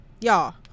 y'all